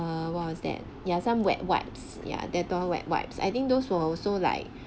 what was that yeah some wet wipes yeah Dettol wet wipes I think those were also like